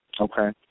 Okay